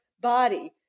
body